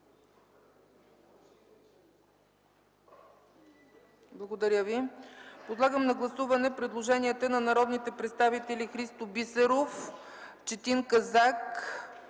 не е прието. Подлагам на гласуване предложенията на народните представители Христо Бисеров, Четин Казак